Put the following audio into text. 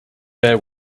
bear